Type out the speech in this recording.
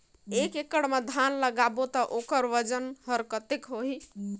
एक एकड़ मा धान ला लगाबो ता ओकर वजन हर कते होही?